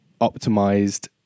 optimized